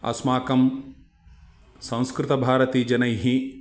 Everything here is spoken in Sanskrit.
अस्माकं संस्कृतभारतीजनैः